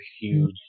huge